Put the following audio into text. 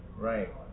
Right